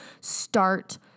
start